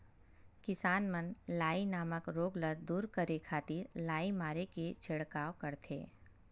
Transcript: किसान मन लाई नामक रोग ल दूर करे खातिर लाई मारे के छिड़काव करथे